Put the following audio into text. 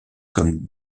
comme